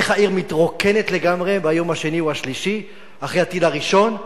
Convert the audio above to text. איך העיר מתרוקנת לגמרי ביום השני או השלישי אחרי הטיל הראשון,